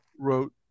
wrote